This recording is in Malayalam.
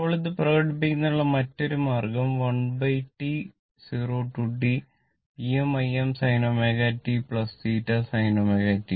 ഇപ്പോൾ ഇത് പ്രകടിപ്പിക്കുന്നതിനുള്ള മറ്റൊരു മാർഗ്ഗം ഇതാണ്